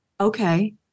Okay